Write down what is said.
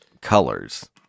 colors